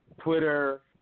Twitter